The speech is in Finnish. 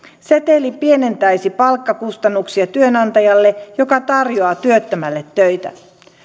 seteli pienentäisi palkkakustannuksia työnantajalle joka tarjoaa työttömälle töitä